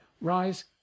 rise